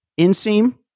inseam